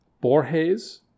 Borges